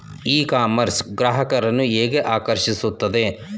E commerce ಗ್ರಾಹಕರನ್ನು ಹೇಗೆ ಆಕರ್ಷಿಸುತ್ತದೆ?